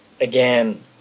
again